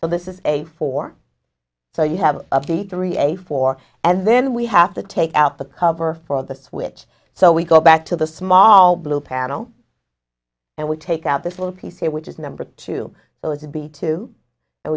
so this is a four so you have of the three a four and then we have to take out the cover for the switch so we go back to the small blue panel and we take out this little piece here which is number two it was a b two